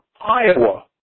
Iowa